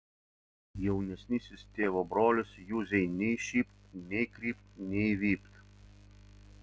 jaunesnysis tėvo brolis juzei nei šypt nei krypt nei vypt